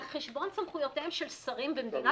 על חשבון סמכויותיהם של שרים במדינת